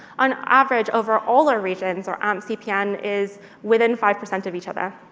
on average, over all our regions, our amp cpm is within five percent of each other.